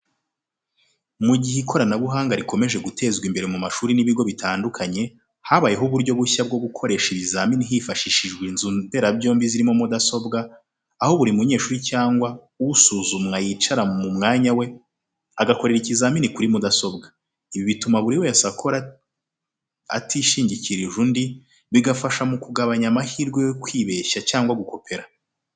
Mu gihe ikoranabuhanga rikomeje gutezwa imbere mu mashuri n’ibigo bitandukanye, habayeho uburyo bushya bwo gukoresha ibizamini hifashishijwe inzu mberabyombi zirimo mudasobwa, aho buri munyeshuri cyangwa usuzumwa yicara mu mwanya we, agakorera ikizamini kuri mudasobwa. Ibi bituma buri wese akora atishingikirije undi, bigafasha mu kugabanya amahirwe yo kwibeshya cyangwa gukopera.